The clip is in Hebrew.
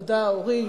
תודה, אורית.